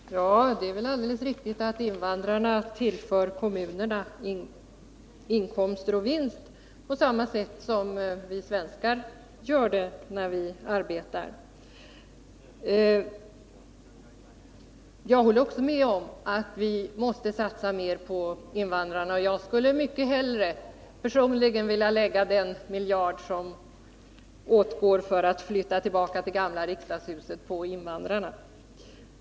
Herr talman! Det är väl alldeles riktigt att invandrarna tillför kommunerna inkomster och vinster på samma sätt som vi svenskar gör när vi arbetar. Jag håller också med om att vi måste satsa mera på invandrarna. Personligen skulle jag mycket hellre vilja använda den miljard på invandrarna som det kostar att flytta tillbaka till det gamla riksdagshuset.